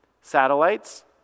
Satellites